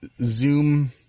Zoom